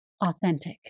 authentic